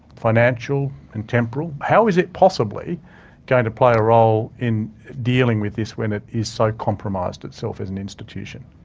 financial and temporal. how is it possibly going to play a role in dealing with this when it is so compromised, itself, as an institution?